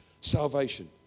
Salvation